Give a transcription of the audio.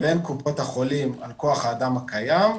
בין קופות החולים על כוח האדם הקיים,